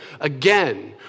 Again